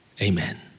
amen